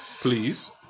Please